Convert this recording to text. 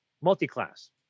multi-class